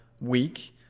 week